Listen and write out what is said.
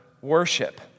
Worship